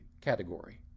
category